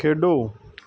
ਖੇਡੋ